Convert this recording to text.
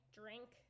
drink